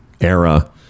era